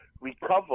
recover